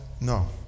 no